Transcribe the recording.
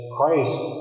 Christ